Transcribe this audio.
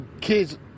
kids